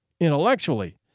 intellectually